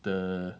the